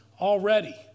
already